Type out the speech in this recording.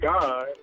God